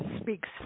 speaks